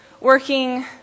working